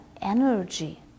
energy